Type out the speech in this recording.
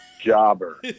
Jobber